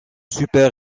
super